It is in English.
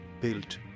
Built